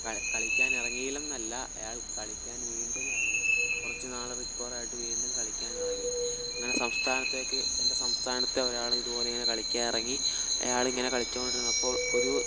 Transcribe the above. കളിക്കാൻ ഇറങ്ങിയില്ല എന്നല്ല അയാൾ കളിക്കാൻ വീണ്ടും ഇറങ്ങി കുറച്ച് നാൾ റിക്കവറായിട്ട് വീണ്ടും കളിക്കാൻ ഇറങ്ങി ഇങ്ങനെ സംസ്ഥാനത്തേക്ക് എൻ്റെ സംസ്ഥാനത്തെ ഒരാൾ ഇതുപോലെ ഇങ്ങനെ കളിക്കാൻ ഇറങ്ങി അയാൾ ഇങ്ങനെ കളിച്ചു കൊണ്ടിരുന്നപ്പോൾ ഒരു